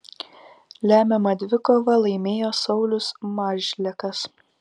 lemiamą dvikovą laimėjo saulius mažlekas